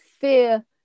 fear